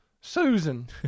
Susan